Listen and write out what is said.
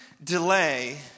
delay